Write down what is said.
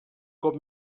cop